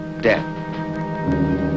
death